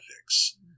ethics